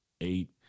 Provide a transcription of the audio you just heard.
eight